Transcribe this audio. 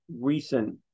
recent